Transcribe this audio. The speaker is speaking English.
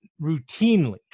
routinely